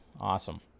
awesome